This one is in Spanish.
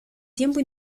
tiempo